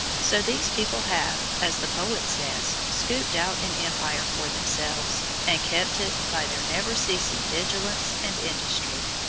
so these people have, as the poet says, scooped out an empire for themselves, and kept it by their never-ceasing vigilance and industry.